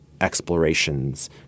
explorations